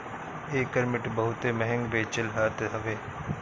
एकर meat बहुते महंग बेचल जात हवे